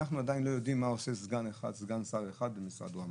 אנחנו עדיין לא יודעים מה עושה סגן שר אחד במשרד ראש הממשלה,